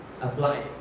apply